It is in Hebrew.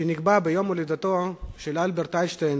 שנקבע ביום הולדתו של אלברט איינשטיין,